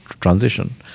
transition